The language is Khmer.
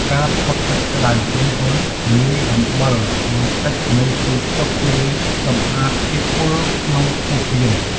ការផឹកទឹកក្តៅឧណ្ហៗលាយអំបិលបន្តិចនៅពេលព្រឹក ជួយសម្អាតជាតិពុលក្នុងពោះវៀន។